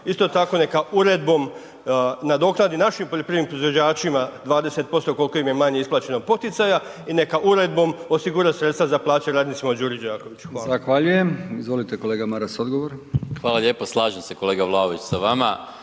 Isto tako, neka uredbom nadoknadi našim poljoprivrednim proizvođačima 20%, koliko im je manje isplaćeno poticaja i neka uredbom osigura sredstva za plaće radnicima u Đuri Đakoviću. Hvala. **Brkić, Milijan (HDZ)** Zahvaljujem. Izvolite kolega Maras, odgovor. **Maras, Gordan (SDP)** Hvala lijepo. Slažem se, kolega Vlaović sa vama